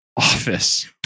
office